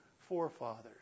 forefathers